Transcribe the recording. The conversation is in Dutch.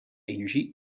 energie